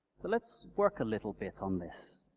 so, let's work a little bit on this.